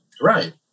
Right